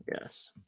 Yes